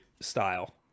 style